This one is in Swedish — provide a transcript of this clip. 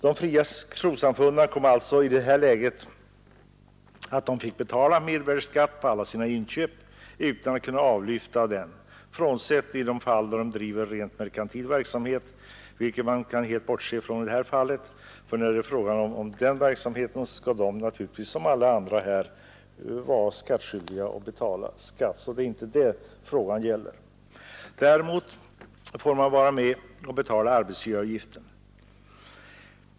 De fria trossamfunden kom i det läget att de fick betala mervärdeskatt på alla sina inköp utan att kunna avlyfta någonting. Detta gäller inte de fall där dessa samfund och organisationer driver rent merkantil verksamhet. När det är fråga om sådan verksamhet skall de naturligtvis precis som alla andra betala skatt — det är inte det frågan gäller. De får däremot vara med och betala arbetsgivaravgiften utan att få någon kompensation.